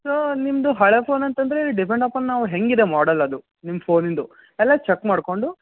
ಹಾಂ ನಿಮ್ಮದು ಹಳೆಯ ಫೋನ್ ಅಂತಂದರೆ ಡಿಪೆಂಡ್ ಅಪಾನ್ ನಾವು ಹೇಗಿದೆ ಮಾಡೆಲ್ ಅದು ನಿಮ್ಮ ಫೋನಿನದು ಎಲ್ಲ ಚೆಕ್ ಮಾಡಿಕೊಂಡು